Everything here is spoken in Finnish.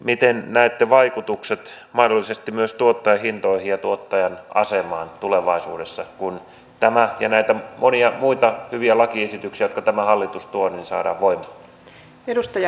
miten näette vaikutukset mahdollisesti myös tuottajahintoihin ja tuottajan asemaan tulevaisuudessa kun tämä ja näitä monia muita hyviä lakiesityksiä joita tämä hallitus tuo saadaan voimaan